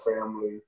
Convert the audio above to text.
family